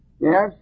Yes